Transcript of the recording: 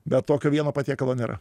bet tokio vieno patiekalo nėra